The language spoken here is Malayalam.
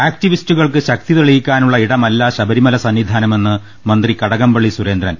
ആക്ടിവിസ്റ്റുകൾക്ക് ശക്തി തെളിയിക്കാനുള്ള ഇടമല്ല ശബരിമല സന്നിധാന മെന്ന് മന്ത്രി കട കം പള്ളി സുരേന്ദ്രൻ